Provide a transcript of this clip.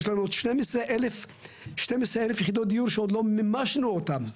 יש לנו 12,000 יחידות דיור שעוד לא מימשנו אותן,